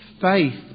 faith